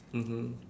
mmhmm